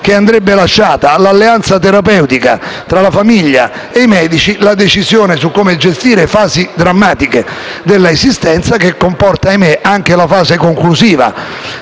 che andrebbe lasciata all'alleanza terapeutica tra la famiglia e i medici la decisione su come gestire fasi drammatiche dell'esistenza, che comprende - ahimè - anche la fase conclusiva